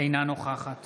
אינה נוכחת